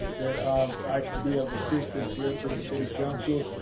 that i can be of assistance here, to the city council,